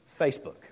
Facebook